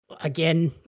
Again